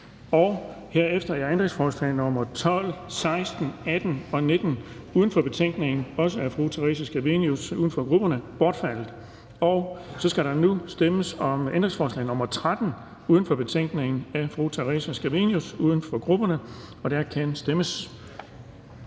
Herefter er ændringsforslag nr. 12, 16, 18 og 19 uden for betænkningen af fru Theresa Scavenius (UFG) også bortfaldet. Der stemmes nu om ændringsforslag nr. 13 uden for betænkningen af fru Theresa Scavenius (UFG), og der kan stemmes.